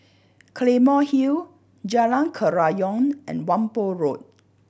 Claymore Hill Jalan Kerayong and Whampoa Road